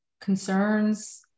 concerns